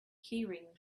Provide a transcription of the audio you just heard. keyring